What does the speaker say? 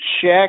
check